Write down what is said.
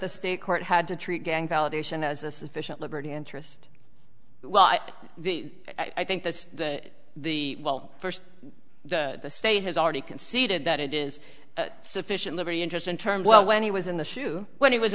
the state court had to treat gang validation as a sufficient liberty interest well i think that the well first the state has already conceded that it is sufficient liberty interest in term well when he was in the shoe when he was